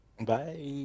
Bye